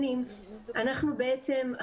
מספרת לך,